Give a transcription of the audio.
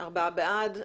הצבעה בעד,